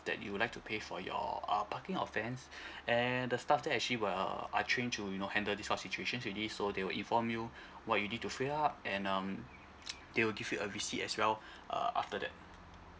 that you'll like to pay for your uh parking offence and the staff there actually will are trained to you know handle this kind of situations already so they will inform you what you need to fill up and um they will give you a receipt as well uh after that